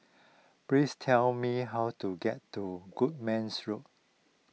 please tell me how to get to Goodmans Road